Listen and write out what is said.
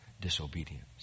disobedience